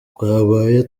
twabaye